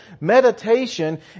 Meditation